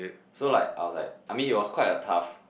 so like I was like I mean it was quite a tough